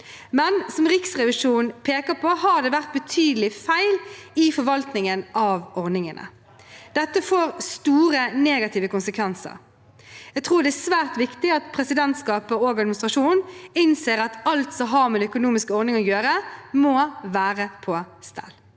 Men som Riksrevisjonen peker på, har det vært betydelige feil i forvaltningen av ordningene. Dette får store negative konsekvenser. Jeg tror det er svært viktig at presidentskapet og administrasjonen innser at alt som har med de økonomiske ordningene å gjøre, må være på stell.